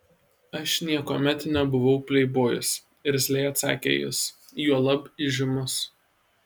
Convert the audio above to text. aš niekuomet nebuvau pleibojus irzliai atsakė jis juolab įžymus